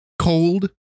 Cold